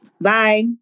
Bye